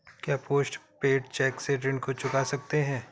क्या post paid cheque से ऋण को चुका सकते हैं?